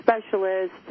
specialist